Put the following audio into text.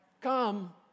Come